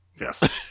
Yes